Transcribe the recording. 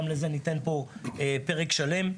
גם לזה ניתן פה פרק שלם.